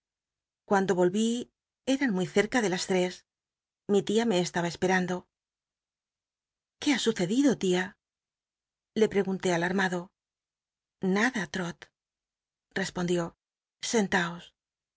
cuando old eran muy cerca de las tres mi tia me estaba c pcmndo qué ha sucedido tia le prcgunté alarmado nada trot respondió sentaos